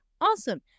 awesome